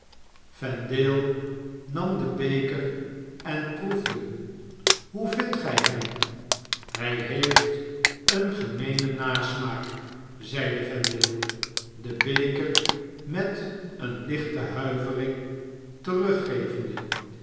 vendale nam den beker en proefde hoe vindt gij hem hy heeft een gemeenen nasmaak zeide vendale den beker met eene lichte huivering teruggevende